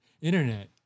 internet